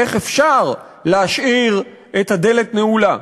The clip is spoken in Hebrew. איך אפשר להשאיר את הדלת נעולה?